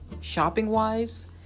shopping-wise